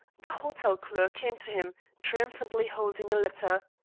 the hotel clerk came to him, triumphantly holding a letter.